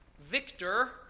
victor